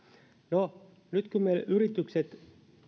no nyt kun meillä yritykset